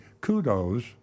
kudos